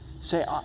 say